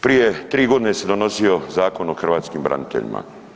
Prije 3 godine se donosio Zakon o hrvatskim braniteljima.